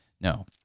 no